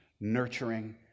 nurturing